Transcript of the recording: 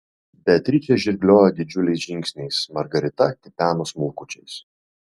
beatričė žirgliojo didžiuliais žingsniais margarita tipeno smulkučiais